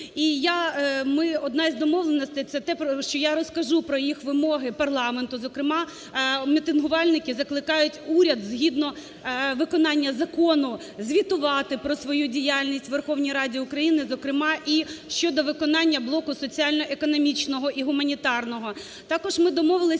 І одна із домовленостей – це те, що розкажу про їх вимоги парламенту, зокрема, мітингувальники закликають уряд, згідно виконання закону, звітувати про свою діяльність Верховній Раді України, зокрема і щодо виконання блоку соціально-економічного і гуманітарного.